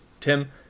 tim